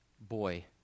boy